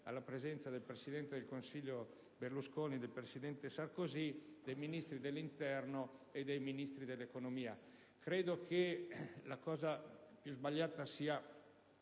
la partecipazione del Presidente del Consiglio Berlusconi, del presidente Sarkozy, dei Ministri dell'interno e dei Ministri dell'economia. Credo che la cosa più sbagliata sia